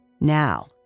Now